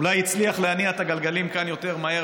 אולי הוא שהצליח להניע את הגלגלים כאן יותר מהר,